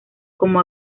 como